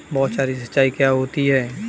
बौछारी सिंचाई क्या होती है?